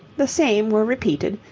the same were repeated,